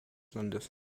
landes